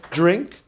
drink